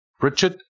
Richard